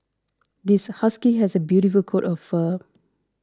this husky has a beautiful coat of fur